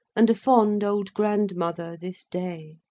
and a fond old grandmother this day.